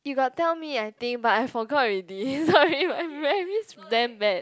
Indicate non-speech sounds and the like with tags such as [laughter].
you got tell me I think but I forgot already [laughs] sorry my memory's damn bad